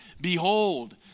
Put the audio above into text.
Behold